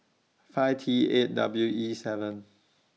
five T eight W E seven